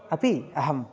अपि अहम्